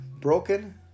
broken